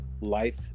life